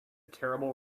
terrible